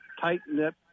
tight-knit